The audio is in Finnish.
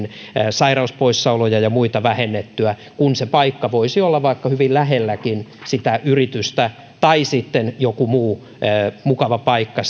sairauspoissaoloja ja muita vähennettyä kun se paikka voisi olla vaikka hyvin lähelläkin sitä yritystä tai sitten joku muu mukava paikka